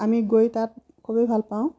আমি গৈ তাত খুবেই ভালপাওঁ